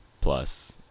plus